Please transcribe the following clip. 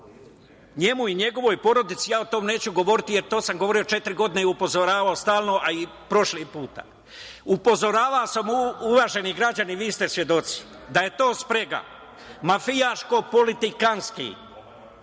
njemu i njegovoj porodici, ja o tome neću govoriti, jer to sam govorio četiri godine i upozoravao stalno, a i prošlog puta. Upozoravao sam, uvaženi građani, vi ste svedoci, da je to sprega mafijaško-politikantskih